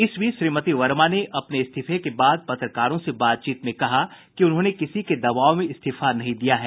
इस बीच श्रीमती वर्मा ने अपने इस्तीफे के बाद पत्रकारों से बातचीत में कहा कि उन्होंने किसी के दबाव में इस्तीफा नहीं दिया है